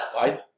right